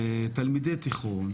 תלמידי תיכון,